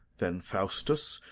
then, faustus,